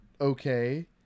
okay